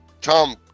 Tom